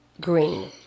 green